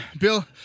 Bill